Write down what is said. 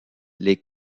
les